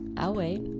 i'll wait.